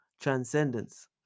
transcendence